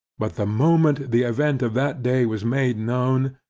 but the moment the event of that day was made known,